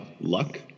luck